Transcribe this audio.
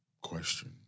question